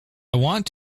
want